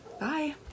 Bye